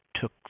took